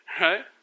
right